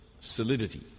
solidity